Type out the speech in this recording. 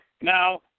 Now